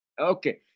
Okay